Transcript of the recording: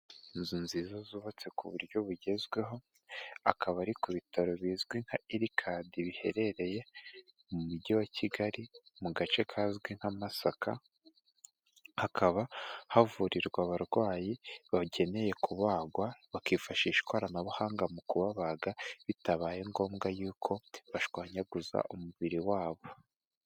Inzu nziza zubatse ku buryo bugezweho, akaba ari ku bitaro bizwi nka irikadi biherereye mu mujyi wa Kigali mu gace kazwi nka Masaka. Hakaba havurirwa abarwayi bakeneye kubagwa, bakifashisha ikoranabuhanga mu kubabaga, bitabaye ngombwa y'uko bashwanyaguza umubiri wabo.